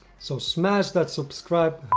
so smash that subscribe